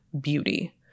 beauty